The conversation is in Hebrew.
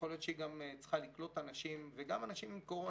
יכול להיות שהיא צריכה לקלוט אנשים וגם אנשים עם קורונה.